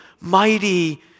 mighty